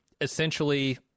Essentially